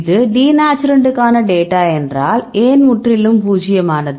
இது டிநேச்சுரண்ட்க்கான டேட்டா என்றாள் ஏன் முற்றிலும் பூஜ்யமானது